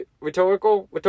Rhetorical